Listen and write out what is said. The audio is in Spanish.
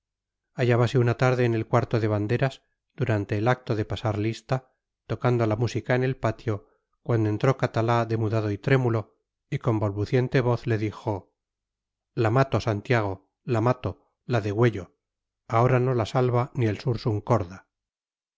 hallábase una tarde en el cuarto de banderas durante el acto de pasar lista tocando la música en el patio cuando entró catalá demudado y trémulo y con balbuciente voz le dijo la mato santiago la mato la degüello ahora no la salva ni el sursum corda